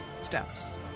steps